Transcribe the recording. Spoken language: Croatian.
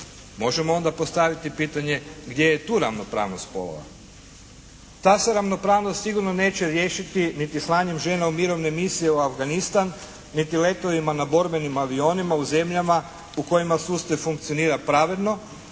Možemo onda postaviti pitanje, gdje je tu ravnopravnost spolova? Ta se ravnopravnost sigurno neće riješiti niti slanjem žena u Mirovne misije u Afganistan, niti letovima u borbenim avionima u zemljama u kojima sustav funkcionira pravedno,